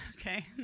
Okay